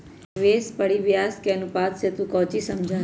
निवेश परिव्यास अनुपात से तू कौची समझा हीं?